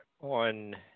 on